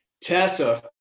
Tessa